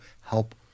help